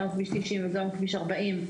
גם כביש 90 וגם כביש 40,